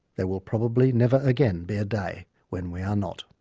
there will probably never again be a day when we are not.